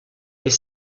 est